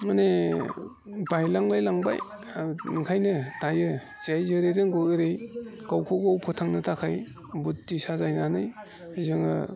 माने बायलांलाय लांबाय आं ओंखायनो दायो जाय जेरै रोंगौ ओरै गावबा गाव फोथांनो थाखाय बुद्धि साजायनानै जोङो